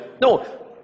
No